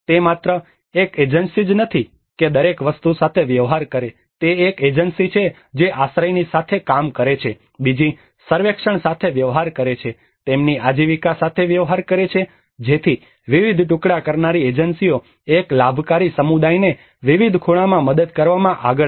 તે માત્ર એક એજન્સી જ નથી કે દરેક વસ્તુ સાથે વ્યવહાર કરે તે એક એજન્સી છે જે આશ્રયની સાથે કામ કરે છે બીજી સર્વેક્ષણ સાથે વ્યવહાર કરે છે તેમની આજીવિકા સાથે વ્યવહાર કરે છે જેથી વિવિધ ટુકડા કરનારી એજન્સીઓ એક લાભકારી સમુદાયને વિવિધ ખૂણામાં મદદ કરવા આગળ આવે